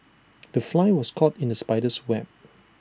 the fly was caught in the spider's web